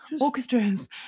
orchestras